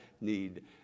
need